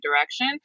direction